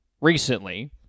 recently